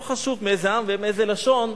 לא חשוב מאיזה עם ומאיזו לשון,